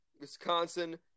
Wisconsin